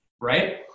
right